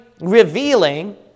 revealing